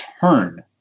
turn